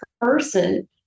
person